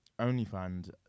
OnlyFans